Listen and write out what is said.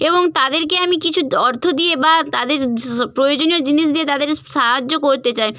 এবং তাদেরকে আমি কিছু অর্থ দিয়ে বা তাদের জ প্রয়োজনীয় জিনিস দিয়ে তাদের সাহায্য করতে চাই